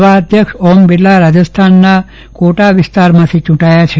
નવા અધ્યક્ષ ઓમ બિરલા રાજસ્નના કોટા વીસ્તારમાંથી ચૂંટાયા છે